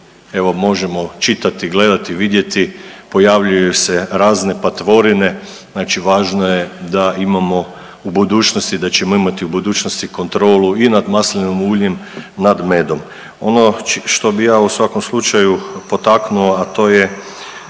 evo možemo čitati, gledati, vidjeti pojavljuje su razne patvorine, znači važno je da imamo u budućnosti, da ćemo imati u budućnosti kontrolu i nad maslinovim uljem, nad medom. Ono što bi ja u svakom slučaju potaknuo, a to je,